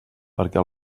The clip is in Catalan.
perquè